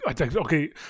okay